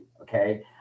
Okay